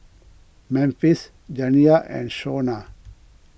Memphis Janiah and Shona